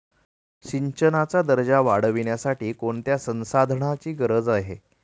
सिंचनाचा दर्जा वाढविण्यासाठी कोणत्या संसाधनांची गरज आहे?